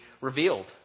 revealed